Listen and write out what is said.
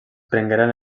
prengueren